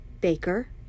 baker